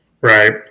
Right